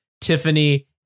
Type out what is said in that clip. Tiffany